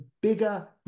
bigger